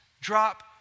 Drop